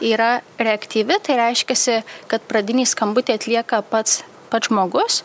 yra reaktyvi tai reiškiasi kad pradinį skambutį atlieka pats pats žmogus